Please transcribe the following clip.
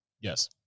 Yes